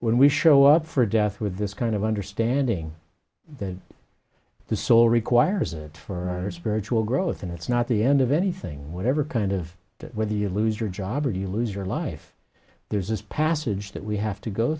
when we show up for death with this kind of understanding that the soul requires it for spiritual growth and it's not the end of anything whatever kind of whether you lose your job or you lose your life there's this passage that we have to go